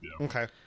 Okay